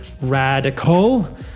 radical